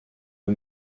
eux